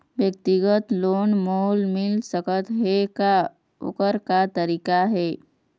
व्यक्तिगत लोन मोल मिल सकत हे का, ओकर का तरीका हे?